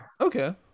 Okay